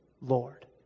Lord